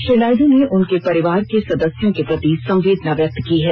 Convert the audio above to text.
श्री नायडू ने उनके परिवार के सदस्यों के प्रति संवेदना व्यक्त की है